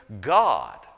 God